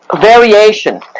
Variation